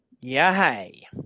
Yay